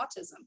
autism